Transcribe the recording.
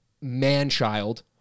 man-child